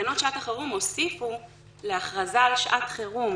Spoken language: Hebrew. תקנות שעת החירום הוסיפו להכרזה על שעת החירום,